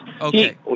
Okay